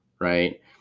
right